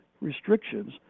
restrictions